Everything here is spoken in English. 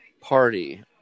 party